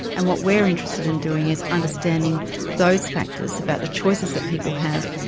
and what we are interested in doing is understanding those factors, about the choices that people have,